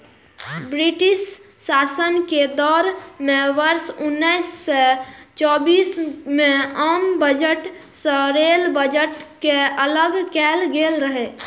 British शासन के दौर मे वर्ष उन्नैस सय चौबीस मे आम बजट सं रेल बजट कें अलग कैल गेल रहै